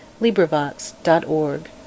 LibriVox.org